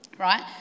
Right